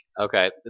okay